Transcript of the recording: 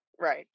Right